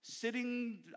sitting